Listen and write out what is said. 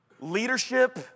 Leadership